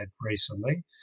recently